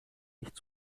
nicht